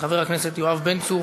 של חבר הכנסת דב חנין וקבוצת